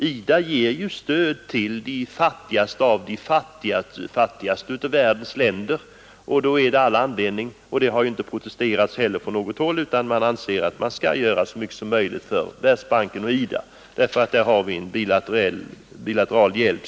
IDA ger stöd till de fattigaste av de fattiga länderna i världen, och därför anser också alla att vi bör göra så mycket som möjligt för Världsbanken och IDA. Genom dem kan vi åstadkomma multilateral hjälp.